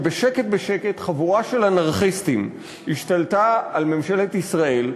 שבשקט בשקט חבורה של אנרכיסטים השתלטה על ממשלת ישראל,